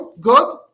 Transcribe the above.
Good